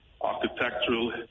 architectural